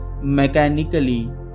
mechanically